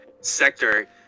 sector